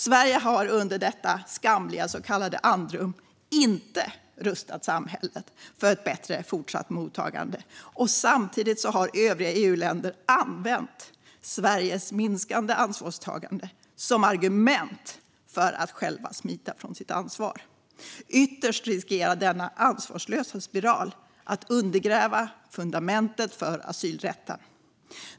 Sverige har under detta skamliga så kallade andrum inte rustat samhället för ett bättre fortsatt mottagande. Samtidigt har övriga EU-länder använt Sveriges minskade ansvarstagande som argument för att själva smita från sitt ansvar. Ytterst riskerar denna ansvarslösa spiral att undergräva fundamentet för asylrätten.